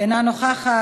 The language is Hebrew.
אינה נוכחת.